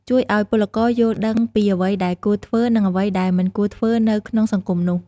ជួយឱ្យពលករយល់ដឹងពីអ្វីដែលគួរធ្វើ និងអ្វីដែលមិនគួរធ្វើនៅក្នុងសង្គមនោះ។